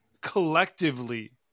collectively